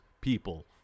people